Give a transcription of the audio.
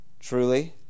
Truly